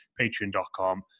patreon.com